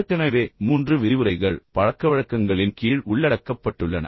ஏற்கனவே மூன்று விரிவுரைகள் பழக்கவழக்கங்களின் கீழ் உள்ளடக்கப்பட்டுள்ளன